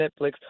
Netflix